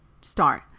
Start